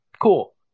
Cool